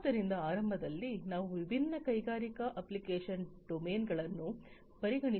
ಆದ್ದರಿಂದ ಆರಂಭದಲ್ಲಿ ನಾವು ವಿಭಿನ್ನ ಕೈಗಾರಿಕಾ ಅಪ್ಲಿಕೇಶನ್ ಡೊಮೇನ್ಗಳನ್ನು ಪರಿಗಣಿಸೋಣ